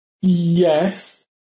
yes